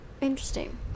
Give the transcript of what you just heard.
interesting